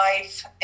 life